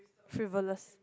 trivalous